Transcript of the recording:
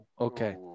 okay